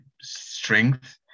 strength